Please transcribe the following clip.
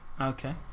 Okay